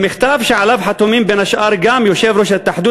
במכתב שעליו חתומים בין השאר גם יושב-ראש התאחדות